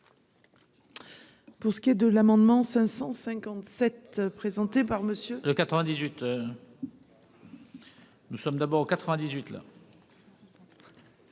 Pour ce qui est de l'amendement 557 présenté par Monsieur. De 98. Nous sommes d'abord en 98 là.